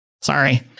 sorry